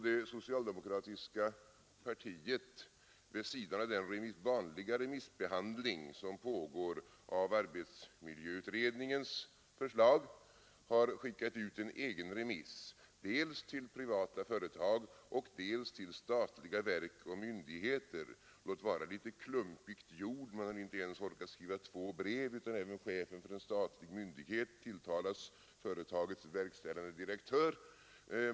Det socialdemokratiska partiet har vid sidan av den vanliga remissbehandling som pågår av arbetsmiljöutredningens förslag skickat ut en egen remiss, dels till privata företag, dels till statliga verk och myndigheter — låt vara litet klumpigt gjord. Man har inte ens orkat skriva två brev, utan även chefen för en statlig myndighet tilltalas ”företagets verkställande direktör”.